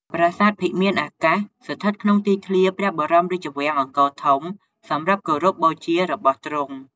ប្រាសាទភិមានអាកាសស្ថិតក្នុងទីធ្លារព្រះបរមរាជវាំងអង្គរធំសំរាប់គោរពបូជារបស់ទ្រង់ ។